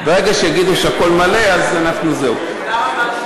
ברגע שיגידו שהכול מלא, אנחנו, אוי, תודה רבה,